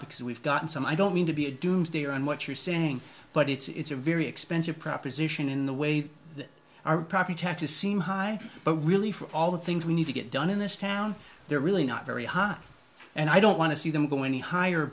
because we've gotten some i don't mean to be a doomsday on what you're saying but it's a very expensive proposition in the way that our property taxes seem high but really for all the things we need to get done in this town they're really not very high and i don't want to see them go any higher